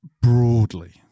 broadly